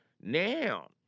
now